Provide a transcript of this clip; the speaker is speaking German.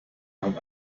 hat